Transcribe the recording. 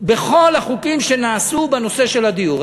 בכל החוקים שנעשו בנושא של הדיור?